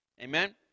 Amen